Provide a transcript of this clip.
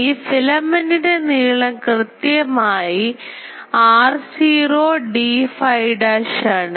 ഈ ഫിലമെൻറ്ൻറെ നീളം കൃത്യമായി r0 d phi dash ആണ്